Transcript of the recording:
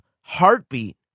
heartbeat